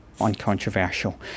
uncontroversial